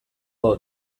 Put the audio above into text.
del